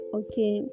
okay